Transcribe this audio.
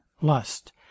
lust